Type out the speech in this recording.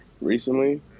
recently